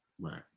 Right